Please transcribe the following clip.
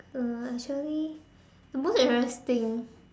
um actually the most embarrassing thing